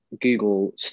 Google